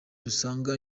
rusange